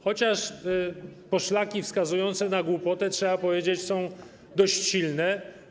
Chociaż poszlaki wskazujące na głupotę, trzeba powiedzieć, są dość silne.